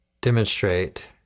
demonstrate